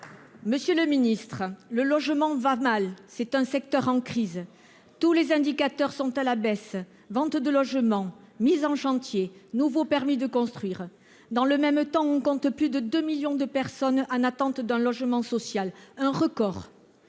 Monsieur le ministre, le logement va mal. C'est un secteur en crise. Tous les indicateurs sont à la baisse : ventes de logements, mises en chantier, nouveaux permis de construire. Dans le même temps, on compte plus de 2 millions de personnes en attente d'un logement social : un record